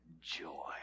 joy